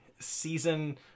season